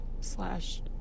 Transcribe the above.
slash